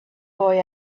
boy